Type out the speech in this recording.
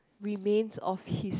remains of his